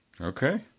Okay